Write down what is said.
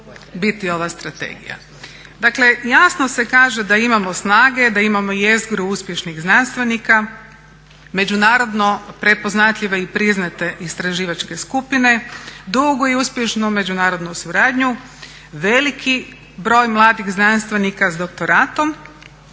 biti ova strategija. Dakle, jasno se kaže da imamo snage, da imamo jezgru uspješnih znanstvenika međunarodno prepoznatljive i priznate istraživačke skupine, dugu i uspješnu međunarodnu suradnju, veliki broj mladih znanstvenika s doktoratom